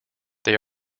they